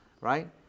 right